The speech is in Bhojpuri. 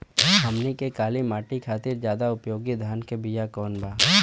हमनी के काली माटी खातिर ज्यादा उपयोगी धान के बिया कवन बा?